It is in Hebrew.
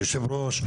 יושב הראש,